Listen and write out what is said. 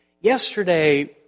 yesterday